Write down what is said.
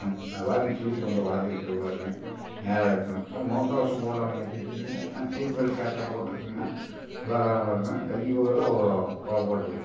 அது பாருங்க சீட்டு கொஞ்சம் வளைஞ்சிருக்குது பாருங்க நேராக இருக்கணும் முகக்கவசம் போடாமல் வச்சிருக்கிங்கணா சீட் பெல்ட் கரெக்டாக போட்டுக்கங்கண்ணா வரேன் வரேன் கையிக்கு மேலே உரை போட்டு வச்சுக்குங்கண்ணா